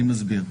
אני מסביר.